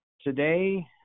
today